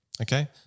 Okay